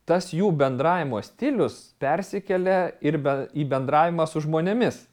tas jų bendravimo stilius persikelia ir be į bendravimą su žmonėmis